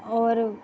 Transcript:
और